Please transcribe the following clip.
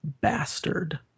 bastard